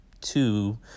two